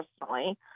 personally